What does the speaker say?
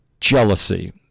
jealousy